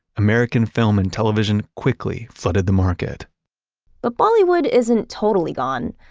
american film and television quickly flooded the market but bollywood isn't totally gone.